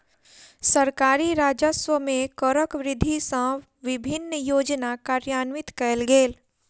सरकारी राजस्व मे करक वृद्धि सँ विभिन्न योजना कार्यान्वित कयल गेल